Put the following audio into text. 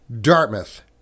dartmouth